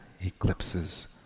eclipses